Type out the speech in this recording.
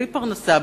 בלי פרנסה,